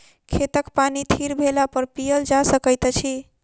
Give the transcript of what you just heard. खेतक पानि थीर भेलापर पीयल जा सकैत अछि